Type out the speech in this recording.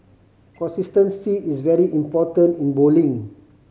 consistency is very important in bowling